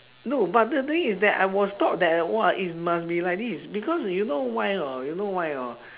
no but the thing is that I was taught that !wah! it must be like this because you know why or not you know why or not